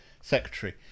secretary